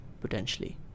potentially